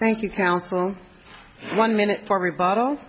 thank you counsel one minute for me bottle